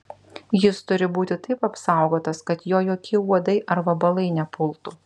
jis turi būti taip apsaugotas kad jo jokie uodai ar vabalai nepultų